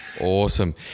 Awesome